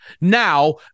Now